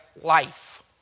life